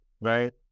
right